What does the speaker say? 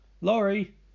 Laurie